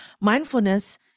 mindfulness